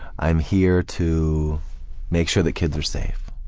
i'm here to make sure that kids are safe.